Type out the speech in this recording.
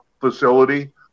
facility